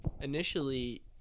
initially